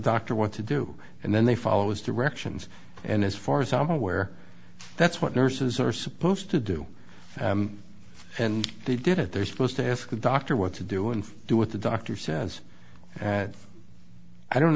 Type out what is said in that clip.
doctor what to do and then they follow his directions and as far as i'm aware that's what nurses are supposed to do and they did it they're supposed to ask the doctor what to do and do what the doctor says and i don't